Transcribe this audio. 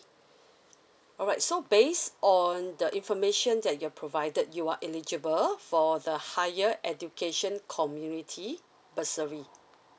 alright so based on the information that you're provided you are eligible for the higher education community bursary